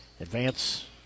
advance